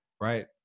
Right